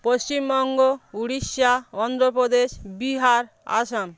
Paschimbanga Orissa Andhra Pradesh Bihar Assam